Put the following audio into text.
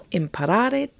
imparare